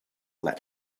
let